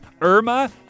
Irma